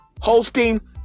Hosting